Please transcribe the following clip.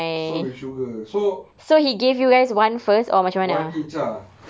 soaked with sugar so one each ah